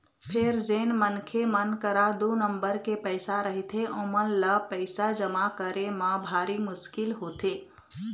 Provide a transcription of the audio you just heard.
फेर जेन मनखे मन करा दू नंबर के पइसा रहिथे ओमन ल पइसा जमा करे म भारी मुसकिल होथे